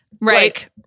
Right